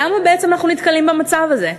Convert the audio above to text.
למה בעצם אנחנו נתקלים במצב הזה?